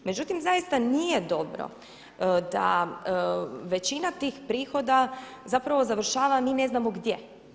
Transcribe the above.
Međutim, zaista nije dobro da većina tih prihoda zapravo završava mi ne znamo gdje.